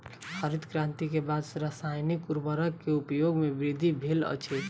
हरित क्रांति के बाद रासायनिक उर्वरक के उपयोग में वृद्धि भेल अछि